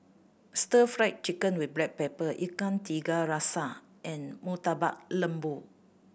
Stir Fried Chicken with Black Pepper Ikan Tiga Rasa and Murtabak Lembu